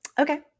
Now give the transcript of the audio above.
Okay